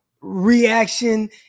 reaction